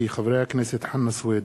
כי חברי הכנסת חנא סוייד,